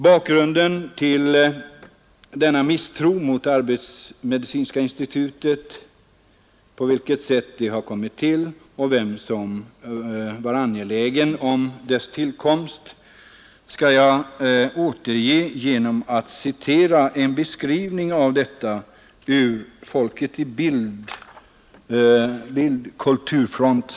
Bakgrunden till denna misstro mot arbetsmedicinska institutet är det sätt på vilket institutet kom till och vem som då var så angelägen om dess tillkomst. Jag vill här återge en beskrivning av detta ur senaste numret av tidningen Folket i Bild-Kulturfront.